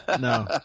no